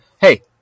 Hey